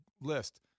list